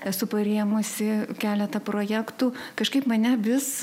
esu parėmusi keletą projektų kažkaip mane vis